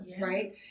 right